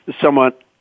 somewhat